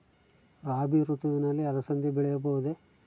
ರಾಭಿ ಋತುವಿನಲ್ಲಿ ಅಲಸಂದಿ ಬೆಳೆಯಬಹುದೆ?